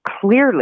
clearly